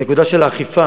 הנקודה של האכיפה,